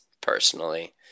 personally